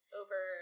over